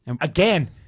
Again